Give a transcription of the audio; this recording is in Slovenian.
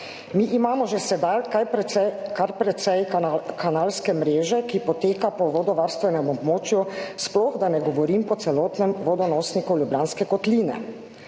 »Mi imamo že sedaj kar precej kanalske mreže, ki poteka po vodovarstvenem območju, sploh da ne govorim po celotnem vodonosniku Ljubljanske kotline.